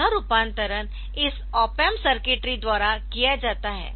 यह रूपांतरण इस ऑप एम्प सर्किटरी द्वारा किया जाता है